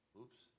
Oops